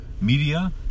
media